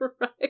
Right